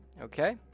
Okay